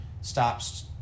stops